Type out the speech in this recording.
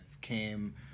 came